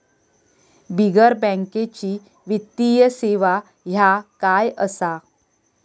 बिगर बँकेची वित्तीय सेवा ह्या काय असा?